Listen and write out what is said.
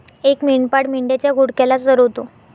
एक मेंढपाळ मेंढ्यांच्या घोळक्याला चरवतो